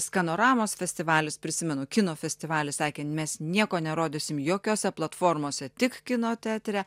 skanoramos festivalis prisimenu kino festivalis sakėt mes nieko nerodysim jokiose platformose tik kino teatre